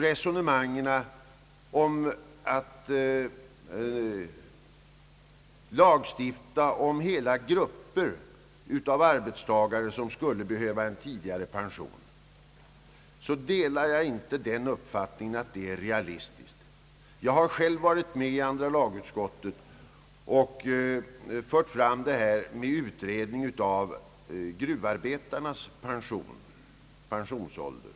Resonemanget om att lagstifta om tidigare pension för vissa grupper av arbetstagare anser jag inte vara realistiskt. Jag har själv varit med om att i andra lagutskottet föra fram förslag om utredning av gruvarbetarnas pensionsålder.